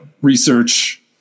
research